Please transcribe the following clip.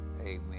Amen